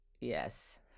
Yes